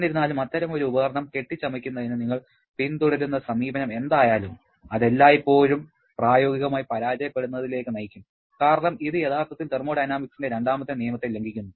എന്നിരുന്നാലും അത്തരമൊരു ഉപകരണം കെട്ടിച്ചമയ്ക്കുന്നതിന് നിങ്ങൾ പിന്തുടരുന്ന സമീപനം എന്തായാലും അത് എല്ലായ്പ്പോഴും പ്രായോഗികമായി പരാജയപ്പെടുന്നതിലേക്ക് നയിക്കും കാരണം ഇത് യഥാർത്ഥത്തിൽ തെർമോഡയനാമിക്സിന്റെ രണ്ടാമത്തെ നിയമത്തെ ലംഘിക്കുന്നു